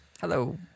Hello